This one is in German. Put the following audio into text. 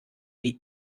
wie